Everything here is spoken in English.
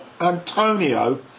Antonio